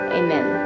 amen